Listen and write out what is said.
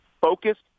focused